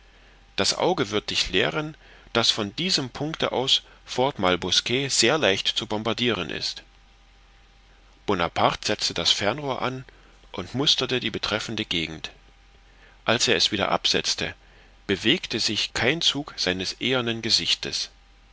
das auge wird dich lehren daß von diesem punkte aus fort malbosquet sehr leicht zu bombardiren ist bonaparte setzte das fernrohr an und musterte die betreffende gegend als er es wieder absetzte bewegte sich kein zug seines ehernen gesichtes